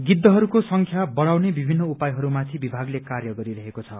गिद्धहरूको संख्या बढ़ाउे विभिन्न उपायहरूमाथि विभागले कार्य गरिरहेको छ